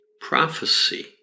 prophecy